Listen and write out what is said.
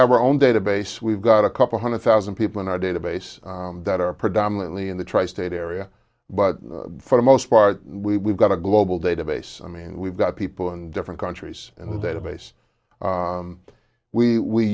have our own database we've got a couple hundred thousand people in our database that are predominantly in the tri state area but for the most part we we've got a global database i mean we've got people in different countries in the database